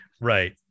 right